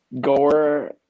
Gore